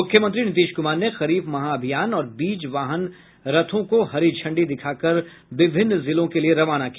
मुख्यमंत्री नीतीश कुमार ने खरीफ महाभियान और बीज वाहन रथों को हरी झंडी दिखाकर विभिन्न जिलों के लिए रवाना किया